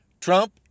Trump